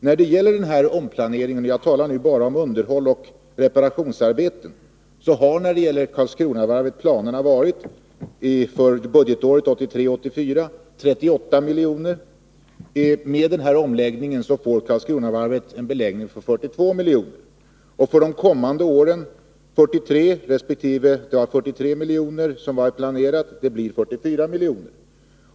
När det gäller planeringen — jag talar bara om underhållsoch reparationsarbeten — har planerna för Karlskronavarvet för 1983/84 omfattat 38 miljoner. Med denna omläggning får Karlskronavarvet en beläggning för 42 miljoner. För året därpå var det planerat för 43 miljoner, och det planeras nu bli 44 miljoner.